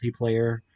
multiplayer